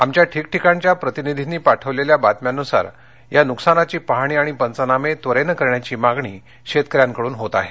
आमच्या ठिकठिकाणच्या प्रतिनिधींनी पाठविलेल्या बातम्यांनुसार या नुकसानाची पाहणी आणि पंचनामे त्वरेनं करण्याची मागणी शेतकऱ्यांकडून होत आहे